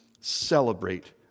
celebrate